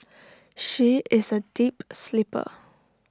she is A deep sleeper